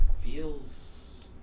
feels